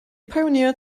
pioneered